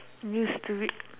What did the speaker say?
used to it